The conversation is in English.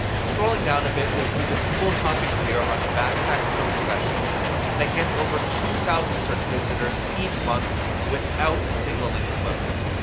scrolling down a bit, you'll see this cool topic here on backpacks for professionals that gets over two thousand search visitors each month without a single linking website.